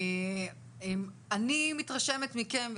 אני מתרשמת מכם,